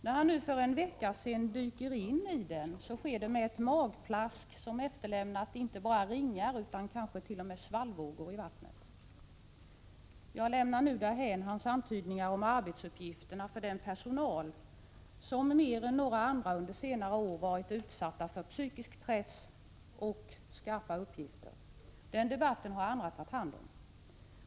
När han nu, som skedde för en vecka sedan, dyker in i den, sker det med ett magplask, som har efterlämnat inte bara ringar utan kanske t.o.m. svallvågor i vattnet. Jag lämnar därhän hans antydningar om arbetsuppgifterna för den personal som under senare år mer än all annan personal utsatts för psykisk press och skarpa uppgifter. Den debatten har andra tagit hand om.